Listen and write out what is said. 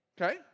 Okay